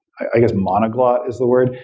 i guess, monoglot is the word.